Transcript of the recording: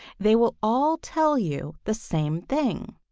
they will all tell you the same thing.